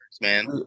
man